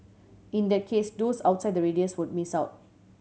in that case those outside the radius would miss out